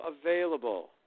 available